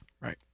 right